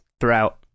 throughout